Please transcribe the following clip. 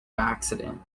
accident